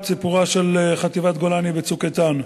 את סיפורה של חטיבת גולני ב"צוק איתן".